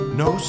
no